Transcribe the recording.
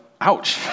ouch